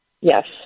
Yes